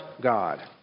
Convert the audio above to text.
God